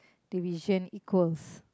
division equals